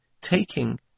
taking